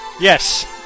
Yes